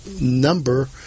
number